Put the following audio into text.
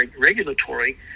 regulatory